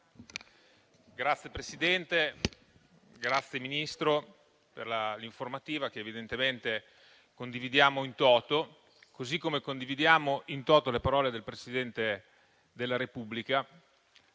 Signor Presidente, ringrazio il Ministro per l'informativa che evidentemente condividiamo *in toto*, così come condividiamo *in toto* le parole del Presidente della Repubblica